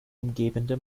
umgebende